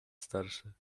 starsze